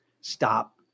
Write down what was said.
stop